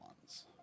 ones